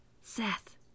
Seth